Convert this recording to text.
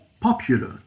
popular